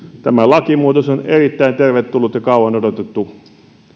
tämä lakimuutos on erittäin tervetullut ja kauan odotettu